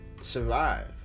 survive